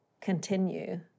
Continue